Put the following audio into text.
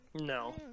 No